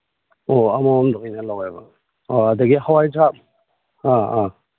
ꯑꯣ ꯑꯣ ꯑꯃꯃꯝꯗ ꯑꯣꯏꯅ ꯂꯧꯋꯦꯕ ꯑꯣ ꯑꯗꯒꯤ ꯍꯋꯥꯏ ꯊ꯭ꯔꯥꯛ ꯑꯥ ꯑꯥ